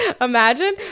Imagine